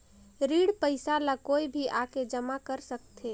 ऋण पईसा ला कोई भी आके जमा कर सकथे?